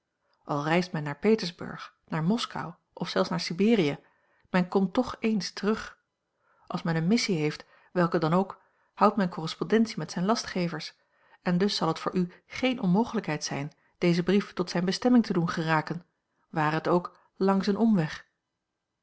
al reist men naar petersburg naar moskou of zelfs naar siberië men komt toch eens terug als men eene missie heeft welke dan ook houdt men correspondentie met zijne lastgevers en dus zal het voor u geene onmogelijkheid zijn dezen brief tot zijne bestemming te doen geraken ware het ook langs een omweg